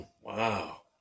Wow